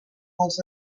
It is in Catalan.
els